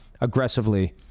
aggressively